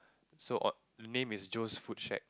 so odd the name is Jones food shack